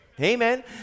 Amen